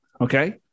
Okay